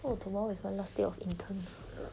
!whoa! tomorrow is my last day of intern